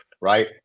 right